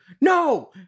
No